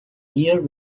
year